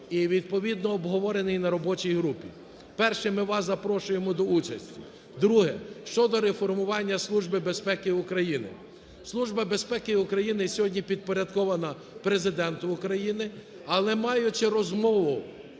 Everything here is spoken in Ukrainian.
і відповідно обговорений на робочій групі. Перше, ми вас запрошуємо до участі. Друге. Щодо реформування Служби безпеки України. Служба безпеки України сьогодні підпорядкована Президенту України. Але, маючи розмову